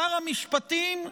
שר המשפטים,